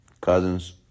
cousins